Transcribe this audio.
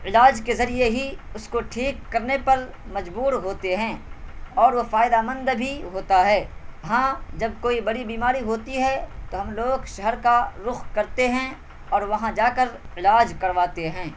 علاج کے ذریعے ہی اس کو ٹھیک کرنے پر مجبور ہوتے ہیں اور وہ فائدہ مند بھی ہوتا ہے ہاں جب کوئی بڑی بیماری ہوتی ہے تو ہم لوگ شہر کا رخ کرتے ہیں اور وہاں جا کر علاج کرواتے ہیں